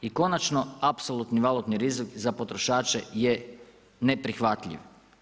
I konačno, apsolutni valutni rizik za potrošače je neprihvatljiv.